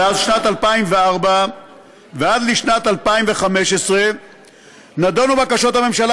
מאז שנת 2004 ועד לשנת 2015 נדונו בקשות הממשלה